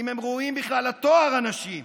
אם הם ראויים בכלל לתואר אנשים,